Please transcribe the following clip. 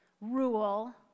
rule